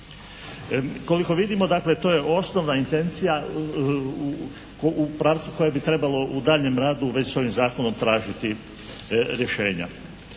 koliko vidimo to je osnovna intencija u pravcu koje bi trebalo u daljnjem radu u vezi s ovim zakonom tražiti rješenja.